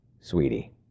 Sweetie